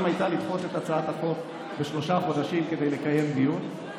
הייתה לדחות את הצעת החוק בשלושה חודשים כדי לקיים דיון,